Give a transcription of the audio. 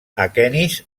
aquenis